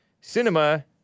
Cinema